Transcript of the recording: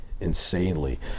insanely